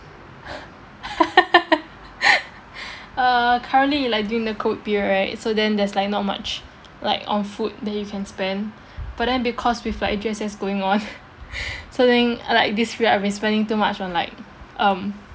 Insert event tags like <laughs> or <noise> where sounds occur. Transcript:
<laughs> uh currently like during the COVID period right so then there's like not much like on food that you can spend but then because with like G_S_S going on <laughs> so then like this period I've been spending too much on like um